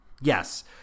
Yes